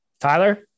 Tyler